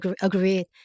agreed